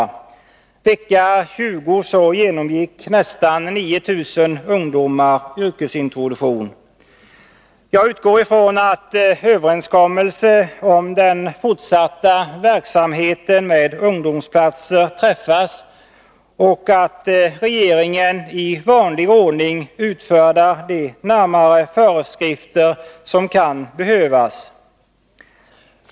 Under vecka 20 genomgick nästan 9 000 ungdomar yrkesintroduktion. Jag utgår från att överenskommelse om den fortsatta verksamheten med ungdomsplatser träffas och att regeringen i vanlig ordning utfärdar de närmare föreskrifter som kan behövas.